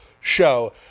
show